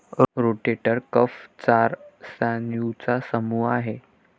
rotator cuff चार स्नायूंचा समूह आहे